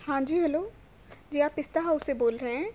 ہاں جی ہلو جی آپ پستا ہاؤس سے بول رہے ہیں